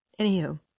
Anywho